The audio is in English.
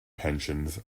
pensions